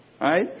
right